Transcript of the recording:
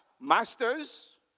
masters